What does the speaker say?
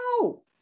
no